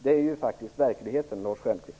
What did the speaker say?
Det är verkligheten, Lars Stjernkvist.